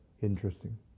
interesting